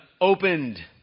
opened